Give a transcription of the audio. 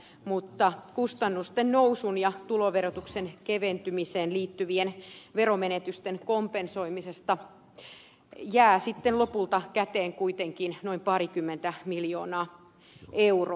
mutta kustannusten nousun ja tuloverotuksen keventymiseen liittyvien veromenetysten kompensoimisesta jää lopulta käteen kuitenkin noin parikymmentä miljoonaa euroa